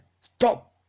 Stop